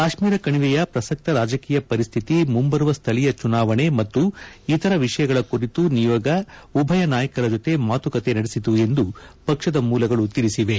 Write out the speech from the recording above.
ಕಾಶ್ಮೀರ ಕಣಿವೆಯ ಪ್ರಸಕ್ತ ರಾಜಕೀಯ ಪರಿಸ್ತಿತಿ ಮುಂಬರುವ ಸ್ಥಳೀಯ ಚುನಾವಣೆ ಮತ್ತು ಇತರೆ ವಿಷಯಗಳ ಕುರಿತು ನಿಯೋಗ ಉಭಯ ನಾಯಕರ ಜೊತೆ ಮಾತುಕತೆ ನಡೆಸಿತು ಎಂದು ಪಕ್ಷದ ಮೂಲಗಳು ತಿಳಿಸಿವೆ